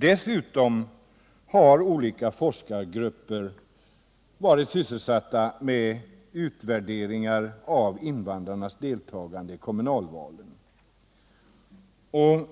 Dessutom har olika forskargrupper varit sysselsatta med utvärderingar av invandrarnas deltagande i kommunalvalen.